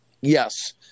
Yes